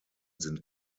sind